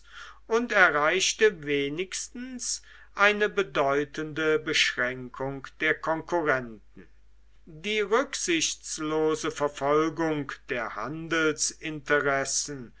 und erreichte wenigstens eine bedeutende beschränkung der konkurrenten die rücksichtslose verfolgung der handelsinteressen